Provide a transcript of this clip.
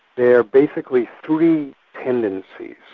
there are basically three tendencies,